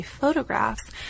photographs